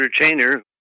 entertainer